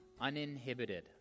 uninhibited